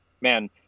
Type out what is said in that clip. man